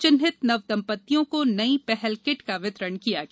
चिन्हित नवदंपतियों को नई पहल किट का वितरण किया गया